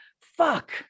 fuck